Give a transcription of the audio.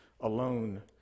alone